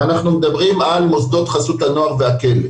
ואנחנו מדברים על מוסדות חסות הנוער והכלא.